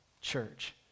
Church